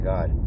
God